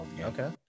okay